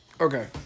Okay